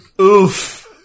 Oof